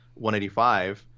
185